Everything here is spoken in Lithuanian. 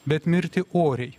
bet mirti oriai